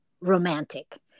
romantic